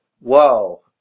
Whoa